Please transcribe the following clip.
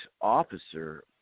officer